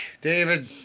David